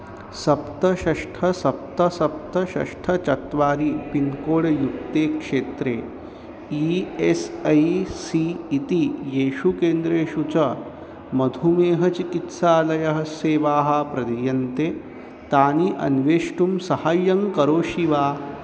सप्त षट् सप्त सप्त षट् चत्वारि पिन्कोड् युक्ते क्षेत्रे ई एस् ऐ सी इति येषु केन्द्रेषु च मधुमेहचिकित्सालयः सेवाः प्रदीयन्ते तानि अन्वेष्टुं सहाय्यं करोषि वा